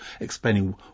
explaining